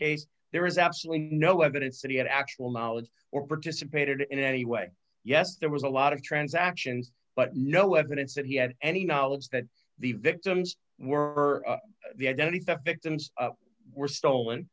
case there is absolutely no evidence that he had actual knowledge or participated in any way yes there was a lot of transactions but no evidence that he had any knowledge that the victims were the identity theft victims were stolen